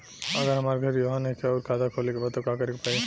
अगर हमार घर इहवा नईखे आउर खाता खोले के बा त का करे के पड़ी?